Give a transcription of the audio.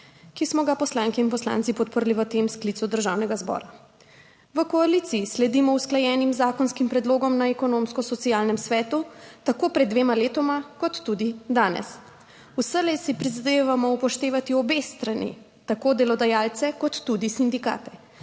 ki smo ga poslanke in poslanci podprli v tem sklicu Državnega zbora. V koaliciji sledimo usklajenim zakonskim predlogom na Ekonomsko-socialnem svetu, tako pred dvema letoma kot tudi danes. Vselej si prizadevamo upoštevati obe strani, tako delodajalce kot tudi sindikate.